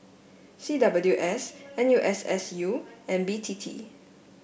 C W S N U S S U and B T T